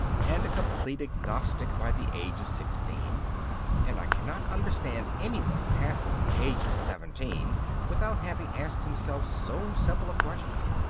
and a complete agnostic by the age of sixteen and i cannot understand any one passing the age of seventeen without having asked himself so simple a question.